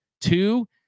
Two